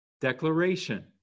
declaration